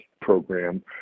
program